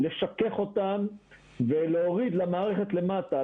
לשכך אותם ולהוריד למערכת למטה,